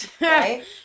right